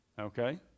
Okay